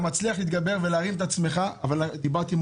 מצליח להתגבר ולהרים את עצמך אבל דיברתי עם